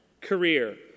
career